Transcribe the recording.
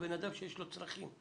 שיש לו צרכים,